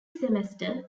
semester